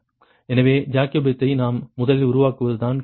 எனவே ஜகோபியத்தை நாம் முதலில் உருவாக்குவது தான் கேள்வி